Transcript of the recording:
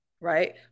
right